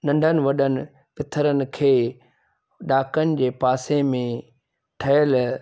नंढनि वॾनि पथरनि खे ॾाकणि जे पासे में ठहियल